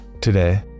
Today